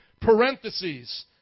parentheses